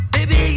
Baby